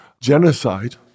genocide